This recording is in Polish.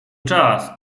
czas